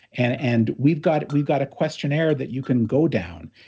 and and we've got we've got a questionnaire that you can go down,